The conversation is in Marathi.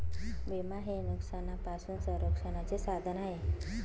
विमा हे नुकसानापासून संरक्षणाचे साधन आहे